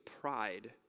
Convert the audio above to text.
pride